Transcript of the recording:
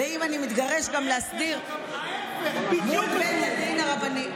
ואם אני מתגרש, גם להסדיר מול בית הדין הרבני.